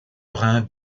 rhin